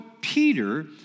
Peter